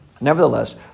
nevertheless